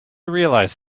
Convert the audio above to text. realize